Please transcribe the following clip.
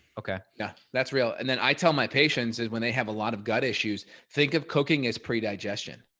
okay. yeah, that's real. and then i tell my patients is when they have a lot of gut issues, think of cooking is pre digestion,